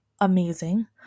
amazing